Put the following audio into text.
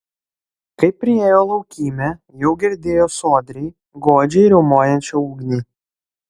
kai priėjo laukymę jau girdėjo sodriai godžiai riaumojančią ugnį